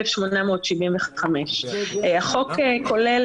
1,875. החוק כולל